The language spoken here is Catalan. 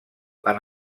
han